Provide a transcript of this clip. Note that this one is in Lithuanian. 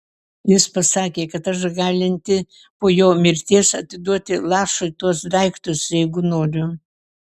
jis pasakė kad aš galinti po jo mirties atiduoti lašui tuos daiktus jeigu noriu